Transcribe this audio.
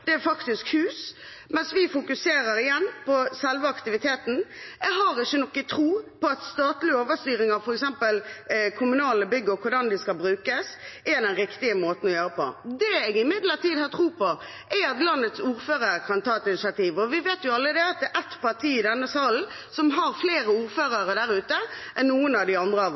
Det som det fokuseres mest på, er faktisk hus, mens vi fokuserer på selve aktiviteten. Jeg har ikke noen tro på at statlig overstyring av f.eks. kommunale bygg og hvordan de skal brukes, er den riktige måten å gjøre det på. Det jeg imidlertid har tro på, er at landets ordførere kan ta et initiativ. Vi vet alle at det er ett parti i denne salen som har flere ordførere der ute enn noen av oss andre.